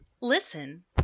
listen